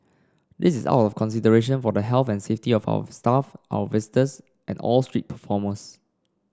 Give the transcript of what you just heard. this is out of consideration for the health and safety of our staff our visitors and all street performers